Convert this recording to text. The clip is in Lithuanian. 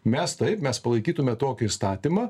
mes taip mes palaikytume tokį įstatymą